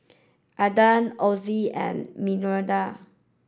Aden Ozi and Mirinda